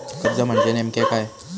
कर्ज म्हणजे नेमक्या काय?